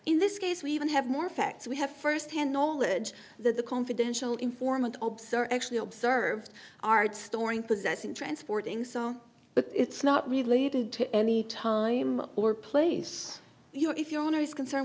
in this case we even have more facts we have first hand knowledge that the confidential informant observer actually observed art storing possessing transporting so but it's not related to any time or place here if your honor is concerned